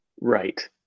right